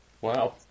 Wow